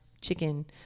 chicken